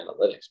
analytics